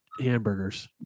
hamburgers